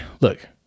Look